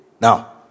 Now